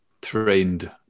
trained